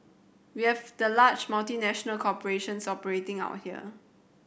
we have the large multinational corporations operating out here